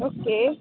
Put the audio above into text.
okay